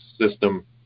system